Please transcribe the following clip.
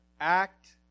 Act